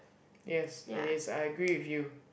yes it is I agree with you